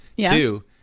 two